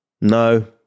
no